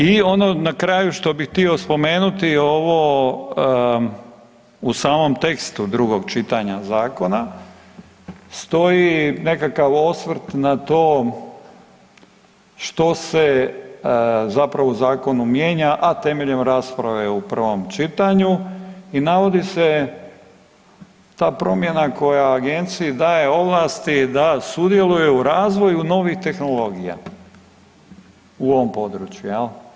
I ono na kraju što bi htio spomenuti, ovo u samom tekstu drugog čitanja zakona stoji nekakav osvrt na to što se zapravo u zakonu mijenja, a temeljem rasprave u prvom čitanju i navodi se ta promjena koja agenciji daje ovlasti da sudjeluje u razvoju novih tehnologija u ovom području jel.